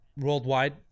worldwide